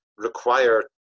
require